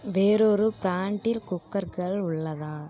வேறொரு ப்ராண்டில் குக்கர்கள் உள்ளதா